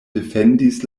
defendis